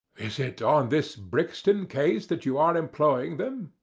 is it on this brixton case that you are employing them?